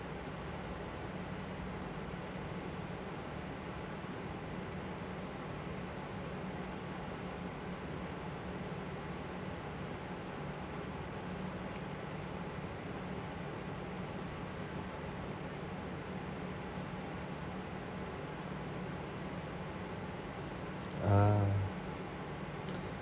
ah